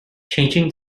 changing